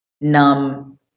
numb